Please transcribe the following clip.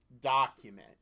document